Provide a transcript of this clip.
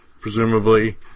presumably